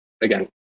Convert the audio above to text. again